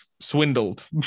swindled